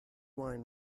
wine